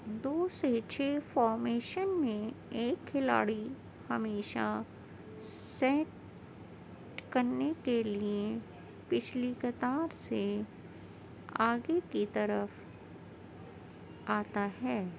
دو سے چھ فارمیشن میں ایک کھلاڑی ہمیشہ سیٹ کرنے کے لیے پچھلی قطار سے آگے کی طرف آتا ہے